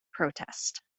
protest